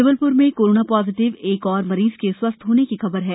जबलप्र में corona positive एक और मरीज के स्वस्थ होने की खबर है